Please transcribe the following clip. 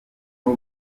aho